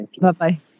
Bye-bye